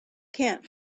can’t